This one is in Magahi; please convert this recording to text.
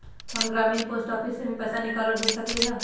हम ग्रामीण पोस्ट ऑफिस से भी पैसा निकाल और भेज सकेली?